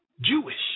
Jewish